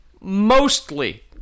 mostly